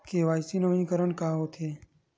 KYC नवीनीकरण का होथे?